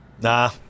Nah